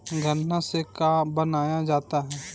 गान्ना से का बनाया जाता है?